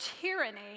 tyranny